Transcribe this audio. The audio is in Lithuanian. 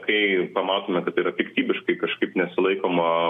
kai pamatome kad tai yra piktybiškai kažkaip nesilaikoma